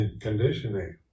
conditioning